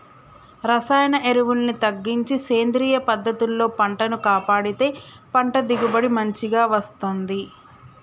రసాయన ఎరువుల్ని తగ్గించి సేంద్రియ పద్ధతుల్లో పంటను కాపాడితే పంట దిగుబడి మంచిగ వస్తంది